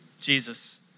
Jesus